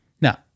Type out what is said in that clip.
Now